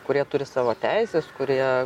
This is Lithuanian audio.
kurie turi savo teises kurie